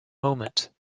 moment